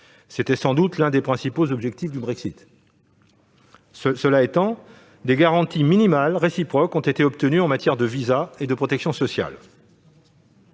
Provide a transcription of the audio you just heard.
c'était sans doute l'un des principaux objectifs du Brexit -, mais des garanties minimales réciproques ont été obtenues en matière de visas et de protection sociale.